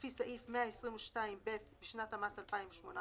לפי סעיף 121ב בשנת המס 2018